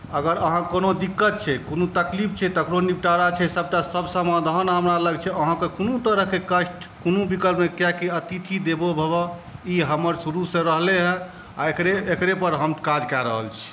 अगर अहाँकेँ कोनो दिक्कत छै कोनो तकलीफ छै तऽ तकरो निपटारा छै सभटा सभ समाधान हमरा लग अहाँकेँ कोनो तरहक कष्ट कोनो विकल्प नहि किएकि अतिथि देवो भव ई हमर शुरूसँ रहलैए आ एकरे एकरेपर हम काज कए रहल छी